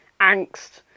angst